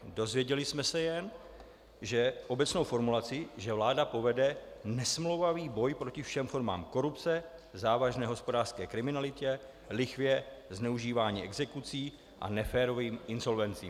Dověděli jsme se jen obecnou formulaci, že vláda povede nesmlouvavý boj proti všem formám korupce, závažné hospodářské kriminalitě, lichvě, zneužívání exekucí a neférovým insolvencím.